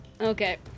Okay